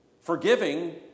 Forgiving